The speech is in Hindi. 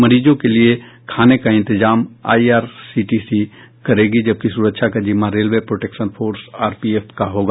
मरीजों के लिये खाने का इंतजाम आईआरसीटीसी करेगी जबकि सुरक्षा का जिम्मा रेलवे प्रोटेक्शन फोर्स आरपीएफ पर होगा